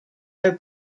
are